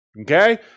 Okay